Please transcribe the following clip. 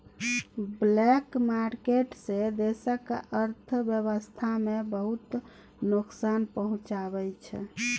black market सँ देशक अर्थव्यवस्था केँ बहुत नोकसान पहुँचै छै